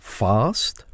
fast